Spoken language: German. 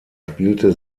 spielte